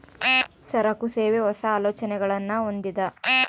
ಸರಕು, ಸೇವೆ, ಹೊಸ, ಆಲೋಚನೆಗುಳ್ನ ಹೊಂದಿದ